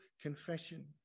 confession